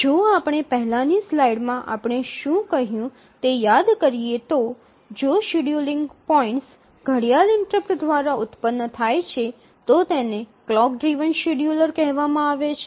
જો આપણે પહેલાની સ્લાઈડમાં આપણે શું કહ્યું તે યાદ કરી એ તો જો શેડ્યૂલિંગ પોઇન્ટ્સ ઘડિયાળ ઇન્ટરપ્ટ દ્વારા ઉત્પન્ન થાય છે તો તેને ક્લોક ડ્રિવન શેડ્યૂલર કહેવામાં આવે છે